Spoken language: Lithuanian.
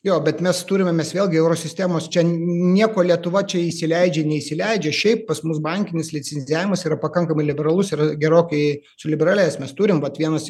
jo bet mes turime mes vėlgi euro sistemos čia nieko lietuva čia įsileidžia neįsileidžia šiaip pas mus bankinis licencijavimas yra pakankamai liberalus yra gerokai suliberalėjęs mes turim vat vienas